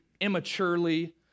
immaturely